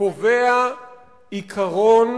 קובע עיקרון